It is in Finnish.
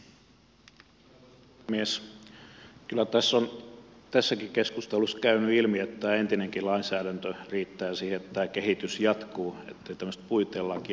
kyllä on tässäkin keskustelussa käynyt ilmi että entinenkin lainsäädäntö riittää siihen että tämä kehitys jatkuu ja ettei tämmöistä puitelakia tarvita